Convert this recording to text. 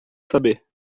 saber